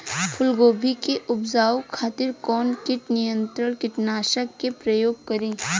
फुलगोबि के उपजावे खातिर कौन कीट नियंत्री कीटनाशक के प्रयोग करी?